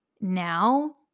now